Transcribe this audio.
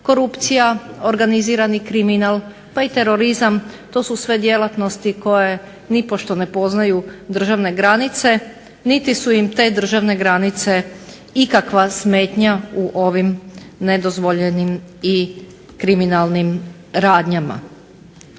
korupcija, organizirani kriminal, pa i terorizam to su sve djelatnosti koje nipošto ne poznaju državne granice niti su im te državne granice ikakva smetnja u ovim nedozvoljenim i kriminalnim radnjama.